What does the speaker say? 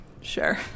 Sure